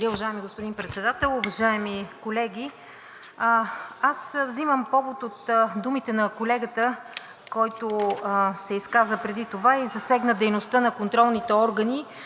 Благодаря, уважаеми господин Председател. Уважаеми колеги! Аз взимам повод от думите на колегата, който се изказа преди това и засегна дейността на контролните органи